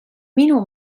minu